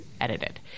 edited